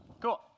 Cool